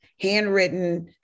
handwritten